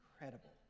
incredible